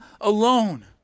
alone